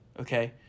Okay